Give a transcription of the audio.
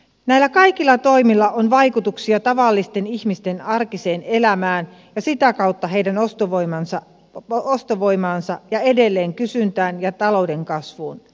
näillä kaikilla toimilla on vaikutuksia tavallisten ihmisten arkiseen elämään ja sitä kautta heidän ostovoimaansa ja edelleen kysyntään ja talouden kasvuun